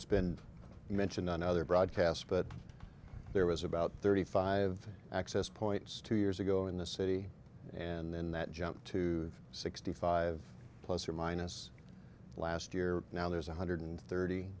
it's been mentioned on other broadcast but there was about thirty five access points two years ago in the city and then that jumped to sixty five plus or minus last year now there's one hundred thirty